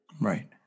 Right